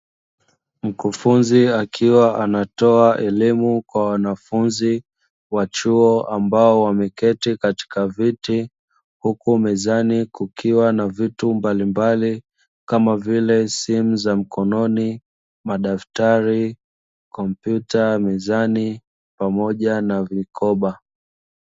Mkufunzi akiwa anatoa elimu kwa wanafunzi wa chuo, ambao wameketi katika viti, huku mezani kukiwa na vitu mbalimbali, kama vile: simu za mkononi, madaftari, kompyuta mezani pamoja na vikoba.